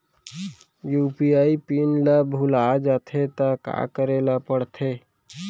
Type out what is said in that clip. UPI PIN ल भुला जाथे त का करे ल पढ़थे?